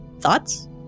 Thoughts